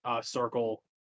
circle